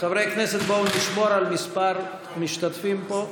חברי הכנסת, בואו נשמור על מספר המשתתפים פה.